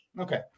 Okay